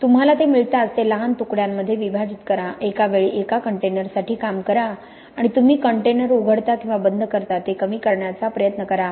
तुम्हाला ते मिळताच ते लहान तुकड्यांमध्ये विभाजित करा एका वेळी एका कंटेनरसाठी काम करा आणि तुम्ही कंटेनर उघडता किंवा बंद करता ते कमी करण्याचा प्रयत्न करा